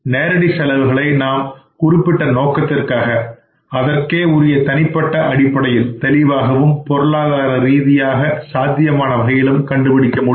நேரடி செலவுகளை நாம் குறிப்பிட்ட நோக்கத்திற்காக அதற்கே உரிய தனிப்பட்ட அடிப்படையில்தெளிவாகவும் பொருளாதார ரீதியாக சாத்தியமான வகையிலும் கண்டுபிடிக்க முடியும்